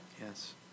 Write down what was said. Yes